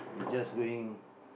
we just going